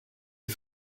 les